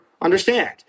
understand